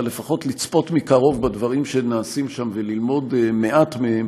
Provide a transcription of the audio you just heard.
אבל לפחות לצפות מקרוב בדברים שנעשים שם וללמוד מעט מהם.